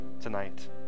tonight